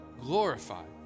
glorified